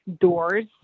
doors